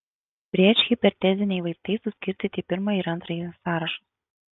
priešhipertenziniai vaistai suskirstyti į pirmąjį ir antrąjį sąrašus